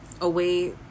away